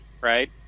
right